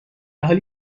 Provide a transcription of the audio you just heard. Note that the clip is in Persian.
حالی